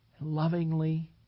lovingly